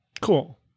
Cool